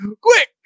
Quick